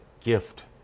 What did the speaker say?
gift